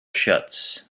shuts